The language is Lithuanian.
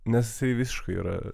nes visiškai yra